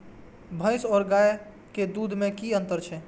भैस और गाय के दूध में कि अंतर छै?